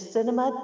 Cinema